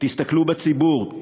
תסתכלו על הציבור.